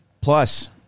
Plus